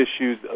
issues